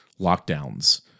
lockdowns